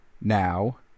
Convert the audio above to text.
now